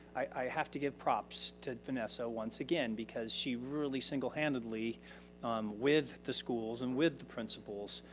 i have to give props to vanessa once again, because she really single handedly um with the schools, and with the principals,